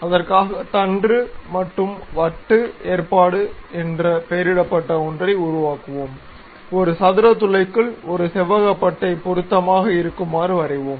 அதற்காக தண்டு மற்றும் வட்டு ஏற்பாடு என்று பெயரிடப்பட்ட ஒன்றை உருவாக்குவோம் ஒரு சதுர துளைக்குள் ஒரு செவ்வக பட்டை பொருத்தமாக இருக்குமாறு வரைவோம்